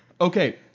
Okay